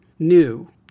new